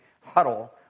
huddle